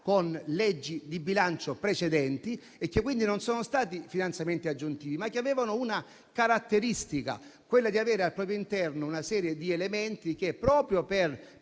con leggi di bilancio precedenti e che quindi non sono stati finanziamenti aggiuntivi, ma che avevano una caratteristica, ovvero quella di avere al proprio interno una serie di elementi, ad esempio il